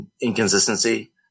inconsistency